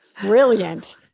brilliant